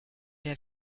der